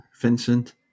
Vincent